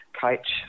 Coach